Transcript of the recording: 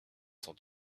sont